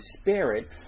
spirit